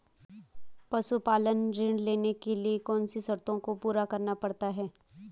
पशुपालन ऋण लेने के लिए कौन सी शर्तों को पूरा करना पड़ता है?